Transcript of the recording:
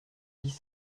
dix